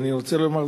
ואני רוצה לומר,